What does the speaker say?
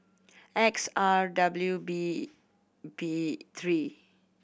X R W B B three